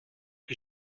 que